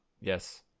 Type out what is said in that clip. Yes